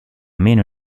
meno